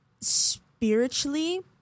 spiritually